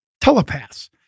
telepaths